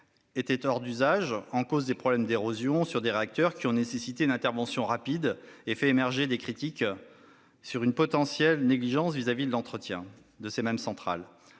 était hors d'usage. En cause, des problèmes d'érosion sur des réacteurs qui ont nécessité une intervention rapide et fait émerger des critiques sur une potentielle négligence eu égard à l'entretien des centrales.